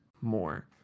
more